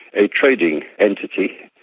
a trading entity,